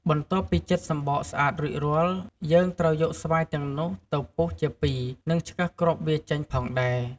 បន្ទាប់ពីចិតសំំបកស្អាតរួចរាល់ យើងត្រូវយកស្វាយទាំងនោះទៅពុះជាពីរ និងឆ្កឹះគ្រាប់វាចេញផងដែរ។